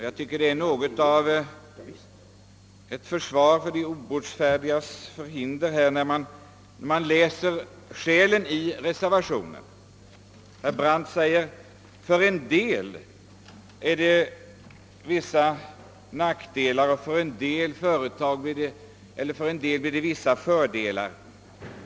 Jag tycker det är något av ett försvar för de obotfärdigas förhinder. Herr Brandt säger att för en del innebär förslaget vissa nackdelar och för andra vissa fördelar.